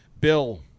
Bill